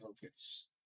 focus